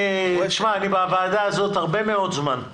תשמע, אני בוועדה הזאת הרבה מאוד זמן.